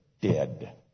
dead